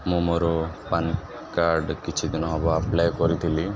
ମୁଁ ମୋର PAN card କିଛି ଦିନ ହେବ ଆପ୍ଲାଏ କରିଥିଲି